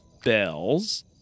spells